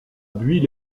buis